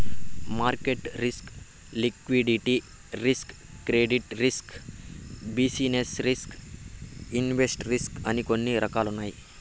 market risk liquidity risk credit risk business risk invest risk అని కొన్ని రకాలున్నాయి